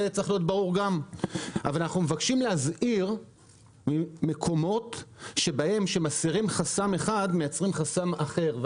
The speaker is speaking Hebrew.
אנחנו מבקשים להזהיר ממקומות שבהם כשמסירים חסם אחד מייצרים חסם אחר.